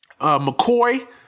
McCoy